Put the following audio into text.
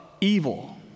evil